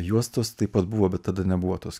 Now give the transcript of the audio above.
juostos taip pat buvo bet tada nebuvo tos